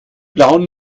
blauen